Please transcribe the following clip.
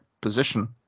position